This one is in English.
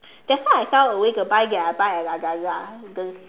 that's why I sell away to buy at agak-agak the